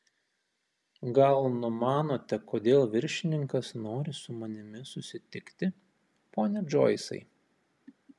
gal numanote kodėl viršininkas nori su manimi susitikti pone džoisai